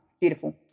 Beautiful